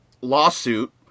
lawsuit